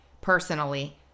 personally